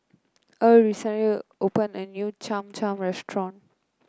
Earl recently opened a new Cham Cham Restaurant